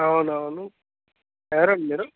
అవునవును ఎవరండి మీరు